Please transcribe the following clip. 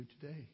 today